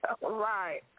Right